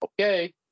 Okay